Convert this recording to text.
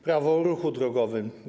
Prawo o ruchu drogowym.